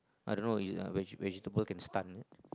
I don't know is ah vege~ vegetable can stun is it